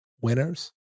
winners